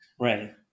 Right